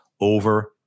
over